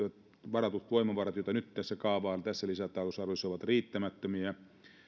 varatut voimavarat joita nyt tässä lisätalousarviossa kaavaillaan ovat riittämättömiä